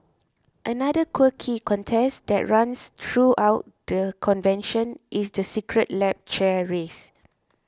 another quirky contest that runs throughout the convention is the Secret Lab chair race